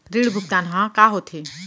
ऋण भुगतान ह का होथे?